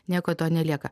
nieko to nelieka